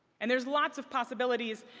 and there's lots of possibilities.